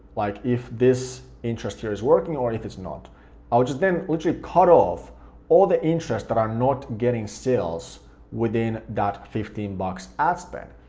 like if this interest here is working or if it's not. i would just then literally cut off all the interests that i'm not getting sales within that fifteen bucks ad spend.